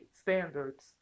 standards